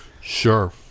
sure